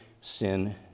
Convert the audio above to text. sin